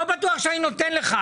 לא בטוח שאני נותן לך.